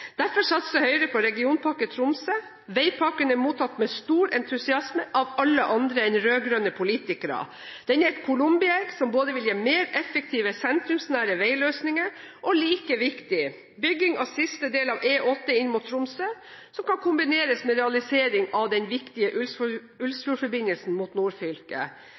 Derfor satser Høyre på regionpakke Tromsø. Veipakken ble mottatt med stor entusiasme av alle andre enn rød-grønne politikere. Den er et columbi egg som både vil gi mer effektive, sentrumsnære veiløsninger og like viktig – bygging av siste del av E8 inn mot Tromsø, som kan kombineres med realisering av den viktige Ullsfjordforbindelsen mot